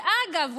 שאגב,